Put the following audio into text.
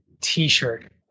t-shirt